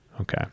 Okay